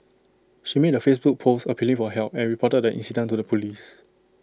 she made A Facebook post appealing for help and reported the incident to the Police